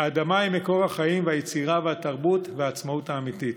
"האדמה היא מקור החיים והיצירה והתרבות והעצמאות האמיתית".